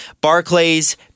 Barclays